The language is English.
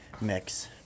Mix